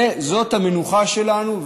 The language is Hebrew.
זאת המנוחה שלנו,